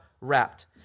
wrapped